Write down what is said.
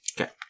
Okay